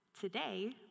Today